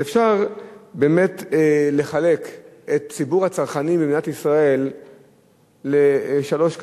אז אפשר באמת לחלק את ציבור הצרכנים במדינת ישראל לשלוש קטגוריות,